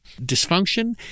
dysfunction